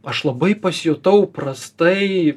aš labai pasijutau prastai